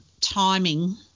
timing